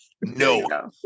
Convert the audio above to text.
No